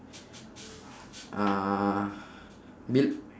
uh bel~